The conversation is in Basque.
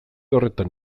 horretan